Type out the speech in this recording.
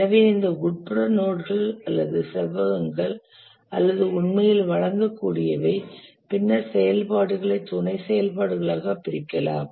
எனவே இந்த உட்புற நோட் கள் அல்லது செவ்வகங்கள் அல்லது உண்மையில் வழங்கக்கூடியவை பின்னர் செயல்பாடுகளை துணை செயல்பாடுகளாகப் பிரிக்கலாம்